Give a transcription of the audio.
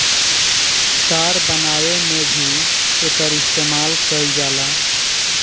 तार बनावे में भी एकर इस्तमाल कईल जाला